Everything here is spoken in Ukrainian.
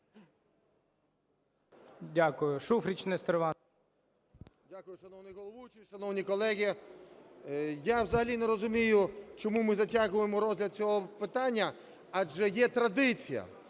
Дякую. Шуфрич Нестор Іванович.